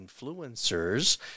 influencers